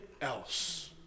else